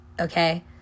okay